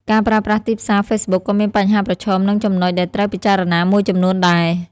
ការប្រើប្រាស់ទីផ្សារហ្វេសប៊ុកក៏មានបញ្ហាប្រឈមនិងចំណុចដែលត្រូវពិចារណាមួយចំនួនដែរ។